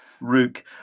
Rook